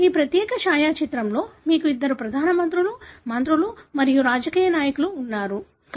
ఈ ప్రత్యేక ఛాయాచిత్రంలో మీరు ఇద్దరు ప్రధానమంత్రు లు మంత్రులు మరియు రాజకీయ నాయకులు ఉన్నారు